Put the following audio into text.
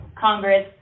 Congress